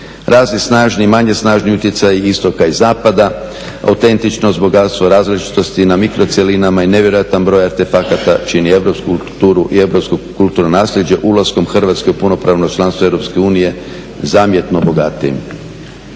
Razni snažni i manje snažni utjecaji istoka i zapada, autentičnost bogatstva, različitosti na mikro cjelinama i nevjerojatan broj artefakata čini europsku kulturu i europsko kulturno naslijeđe ulaskom Hrvatske u punopravno članstvo EU zamjetno bogatijim.